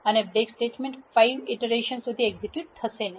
અને break statement 5 iteration સુધી execute થશે નહી